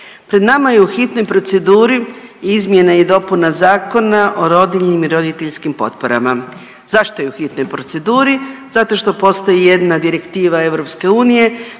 Pred nama je u hitnoj proceduri izmjena i dopuna Zakona o rodiljnim i roditeljskim potporama. Zašto je u hitnoj proceduri? Zato što postoji jedna direktiva EU